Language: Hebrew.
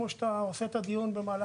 באופן כזה שבו אתה מקיים דיון בנושא